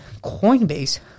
Coinbase